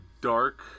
Dark